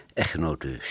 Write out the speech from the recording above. echtgenote